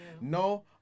no